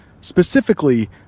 specifically